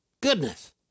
Goodness